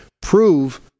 prove